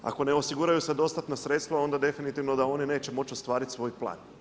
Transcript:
Ako ne osiguraju se dostatna sredstva onda definitivno da oni neće moći ostvariti svoj plan.